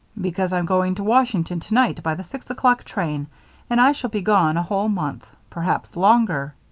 because i'm going to washington tonight by the six o'clock train and i shall be gone a whole month perhaps longer.